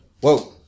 Whoa